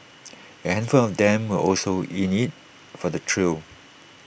A handful of them were also in IT for the thrill